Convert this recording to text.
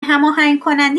هماهنگکننده